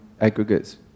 aggregates